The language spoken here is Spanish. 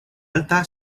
alta